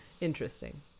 Interesting